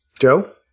Joe